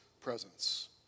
presence